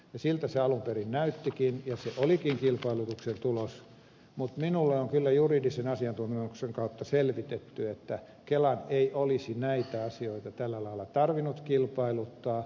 siltä se alun perin näyttikin ja se olikin kilpailutuksen tulos mutta minulle on kyllä juridisen asiantuntemuksen kautta selvitetty että kelan ei olisi näitä asioita tällä lailla tarvinnut kilpailuttaa